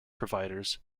providers